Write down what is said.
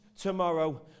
tomorrow